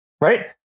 Right